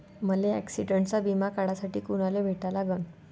मले ॲक्सिडंटचा बिमा काढासाठी कुनाले भेटा लागन?